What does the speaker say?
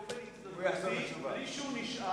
הוא, באופן התנדבותי, מבלי שהוא נשאל,